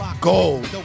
Gold